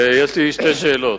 יש לי שתי שאלות.